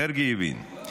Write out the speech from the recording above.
מרגי הבין.